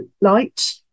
light